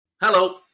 Hello